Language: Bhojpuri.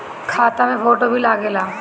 खाता मे फोटो भी लागे ला?